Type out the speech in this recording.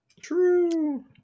True